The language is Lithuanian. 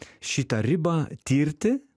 šitą ribą tirti